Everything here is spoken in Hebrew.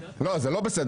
לא, זה לא בסדר.